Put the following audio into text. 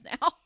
now